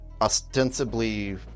ostensibly